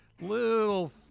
little